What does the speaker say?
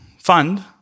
fund